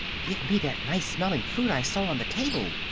give me that nice-smelling fruit i saw on the table,